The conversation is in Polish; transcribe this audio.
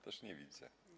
Też nie widzę.